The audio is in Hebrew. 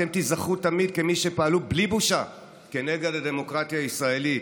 אתם תיזכרו תמיד כמי שפעלו בלי בושה כנגד הדמוקרטיה הישראלית,